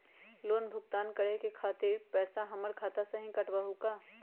Loan भुगतान करे के खातिर पैसा हमर खाता में से ही काटबहु का?